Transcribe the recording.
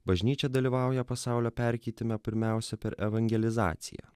bažnyčia dalyvauja pasaulio perkeitime pirmiausia per evangelizaciją